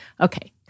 Okay